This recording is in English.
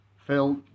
Phil